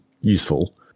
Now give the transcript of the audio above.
useful